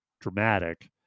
dramatic